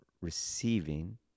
receiving